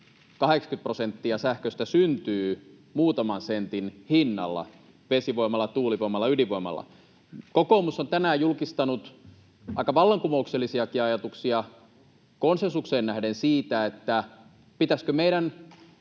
80 prosenttia sähköstä syntyy muutaman sentin hinnalla vesivoimalla, tuulivoimalla, ydinvoimalla. Kokoomus on tänään julkistanut aika vallankumouksellisiakin ajatuksia konsensukseen nähden siitä, pitäisikö meidän